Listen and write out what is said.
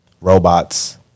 robots